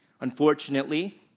Unfortunately